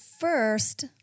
first